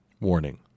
Warning